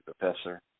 professor